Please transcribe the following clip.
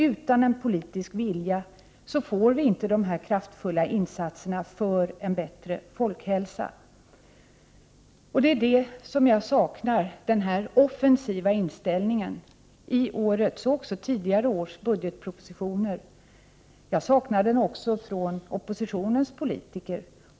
Utan en politisk vilja får vi inte dessa kraftfulla insatser för en bättre folkhälsa. Den offensiva inställningen saknar jag i årets budgetproposition och tidigare års budgetpropositioner. Jag saknar den också från oppositionens politiker.